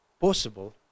possible